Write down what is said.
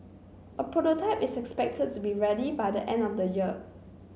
a prototype is expected to be ready by the end of the year